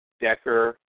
Decker